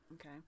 okay